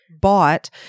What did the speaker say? bought